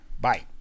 Bye